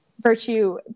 virtue